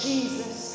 Jesus